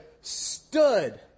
stood